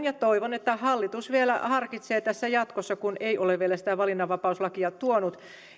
ja toivon että hallitus vielä harkitsee näitä jatkossa kun ei ole vielä sitä valinnanvapauslakia tuonut